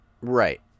Right